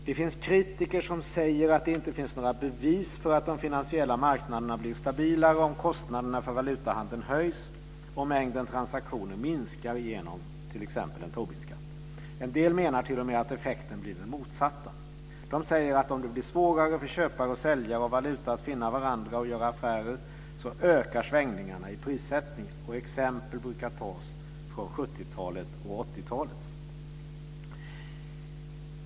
Det finns kritiker som säger att det inte finns några bevis för att de finansiella marknaderna blir stabilare om kostnaderna för valutahandeln höjs och mängden transaktioner minskar genom t.ex. en Tobinskatt. En del menar t.o.m. att effekten blir den motsatta. De säger att om det blir svårare för köpare och säljare av valuta att finna varandra och göra affärer ökar svängningarna i prissättningen. Exempel brukar tas från 70 och 80-talet.